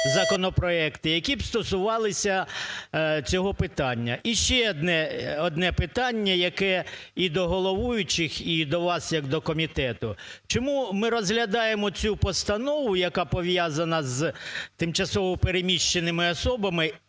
законопроекти, які б стосувалися цього питання? І ще одне питання, яке і до головуючих, і до вас як до комітету. Чому ми розглядаємо цю постанову, яка пов'язана з тимчасово переміщеними особами,